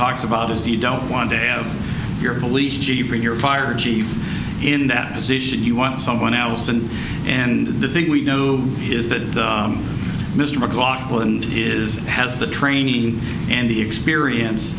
talks about is the don't want to have your police chief bring your fire chief in that position you want someone else and and the thing we know is that mr mclaughlin is has the training and the experience